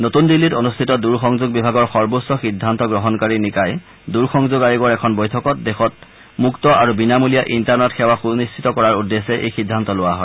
নতুন দিল্লীত অনুষ্ঠিত দূৰ সংযোগ বিভাগৰ সৰ্বোচ্চ সিদ্ধান্ত গ্ৰহণকাৰী নিকায় দূৰসংযোগ আয়োগৰ এখন বৈঠকত দেশত মুক্ত আৰু বিনামূলীয়া ইণ্টাৰনেট সেৱা সুনিশ্চিত কৰাৰ উদ্দেশ্যে এই সিদ্ধান্ত লোৱা হয়